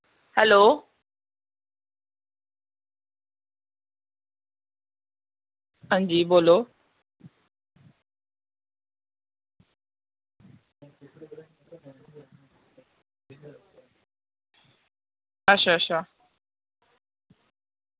hello हां जी बोलो अच्छा अच्छा